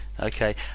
Okay